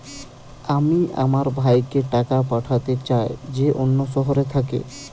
আমি আমার ভাইকে টাকা পাঠাতে চাই যে অন্য শহরে থাকে